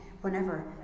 whenever